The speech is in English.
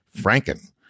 Franken